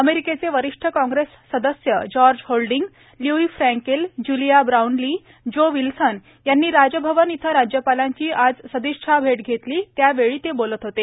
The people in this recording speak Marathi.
अमेरिकेचे वरिष्ठ काँग्रेस सदस्य George Holding Lois Frankel Julia Brownley Joe Wilson यांनी राजभवन इथं राज्यपालांची आज सदिच्छा भेट घेतली त्यावेळी ते बोलत होते